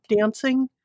dancing